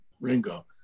ringo